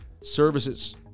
services